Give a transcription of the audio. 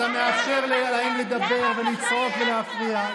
אתה מאפשר להם לדבר ולצעוק ולהפריע.